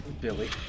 Billy